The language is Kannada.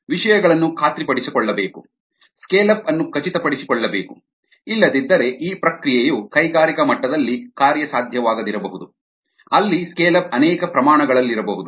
ವಿಷಯಗಳನ್ನು ಖಾತ್ರಿಪಡಿಸಿಕೊಳ್ಳಬೇಕು ಸ್ಕೇಲ್ ಅಪ್ ಅನ್ನು ಖಚಿತಪಡಿಸಿಕೊಳ್ಳಬೇಕು ಇಲ್ಲದಿದ್ದರೆ ಈ ಪ್ರಕ್ರಿಯೆಯು ಕೈಗಾರಿಕಾ ಮಟ್ಟದಲ್ಲಿ ಕಾರ್ಯಸಾಧ್ಯವಾಗದಿರಬಹುದು ಅಲ್ಲಿ ಸ್ಕೇಲ್ ಅಪ್ ಅನೇಕ ಪ್ರಮಾಣಗಳಲ್ಲಿರಬಹುದು